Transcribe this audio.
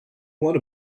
want